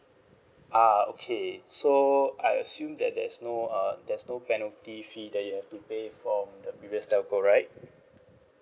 ah okay so I assume that there's no uh there's no penalty fee that you have to pay from the previous telco right